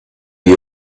you